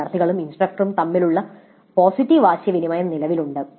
വിദ്യാർത്ഥികളും ഇൻസ്ട്രക്ടറും തമ്മിലുള്ള പോസിറ്റീവ് ആശയവിനിമയം നിലവിലുണ്ട്